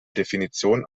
definition